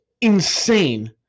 insane